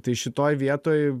tai šitoj vietoj